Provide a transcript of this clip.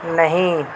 نہیں